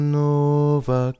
nova